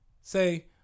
Say